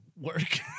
work